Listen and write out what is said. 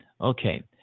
Okay